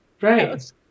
Right